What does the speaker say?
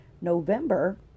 November